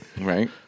Right